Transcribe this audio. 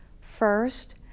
First